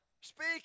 Speak